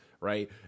right